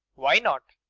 why not?